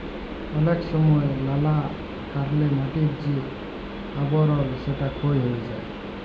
অলেক সময় লালা কারলে মাটির যে আবরল সেটা ক্ষয় হ্যয়ে যায়